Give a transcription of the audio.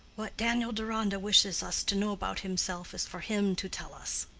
what daniel deronda wishes us to know about himself is for him to tell us.